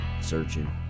searching